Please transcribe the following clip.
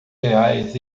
reais